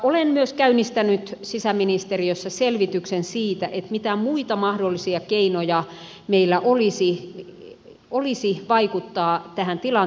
olen myös käynnistänyt sisäministeriössä selvityksen siitä mitä muita mahdollisia keinoja meillä olisi vaikuttaa tähän tilanteeseen